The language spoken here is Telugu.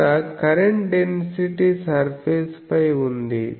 ఇక్కడ కరెంట్ డెన్సిటీ సర్ఫేస్ పై ఉంది